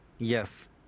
Yes